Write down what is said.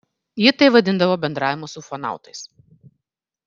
ji tai vadindavo bendravimu su ufonautais